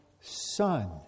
son